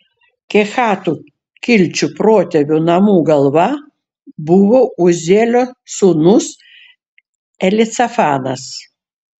kehatų kilčių protėvių namų galva buvo uzielio sūnus elicafanas